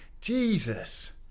Jesus